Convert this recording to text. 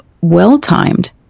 well-timed